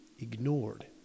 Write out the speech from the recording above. ignored